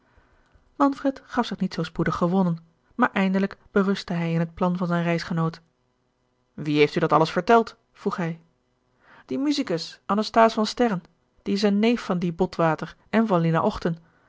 manfred gaf zich niet zoo spoedig gewonnen maar eindelijk berustte hij in het plan van zijn reisgenoot wie heeft u dat alles verteld vroeg hij die musicus anasthase van sterren die is een neef van dien botwater en van lina ochten